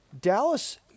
Dallas